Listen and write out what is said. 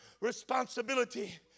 responsibility